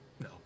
no